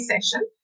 session